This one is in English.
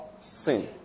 Sin